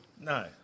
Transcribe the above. No